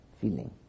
feeling